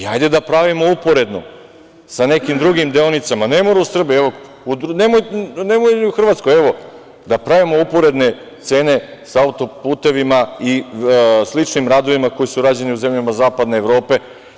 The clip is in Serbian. Hajde da pravimo uporedno sa nekim drugim deonicama, ne mora u Srbiji, ne mora ni u Hrvatskoj, evo, da pravimo uporedne cene sa auto-putevima i sličnim radovima koji su rađeni u zemljama zapadne Evrope.